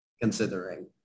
considering